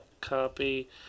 copy